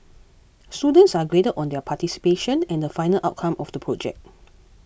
students are graded on their participation and the final outcome of the project